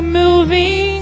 moving